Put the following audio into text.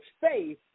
faith